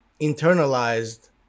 internalized